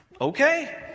Okay